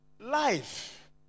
Life